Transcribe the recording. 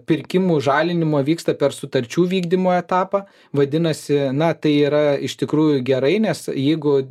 pirkimų žalinimo vyksta per sutarčių vykdymo etapą vadinasi na tai yra iš tikrųjų gerai nes jeigu